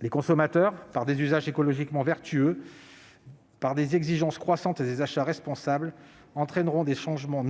Les consommateurs, par des usages écologiquement vertueux du numérique, par des exigences croissantes et des achats responsables, entraîneront des changements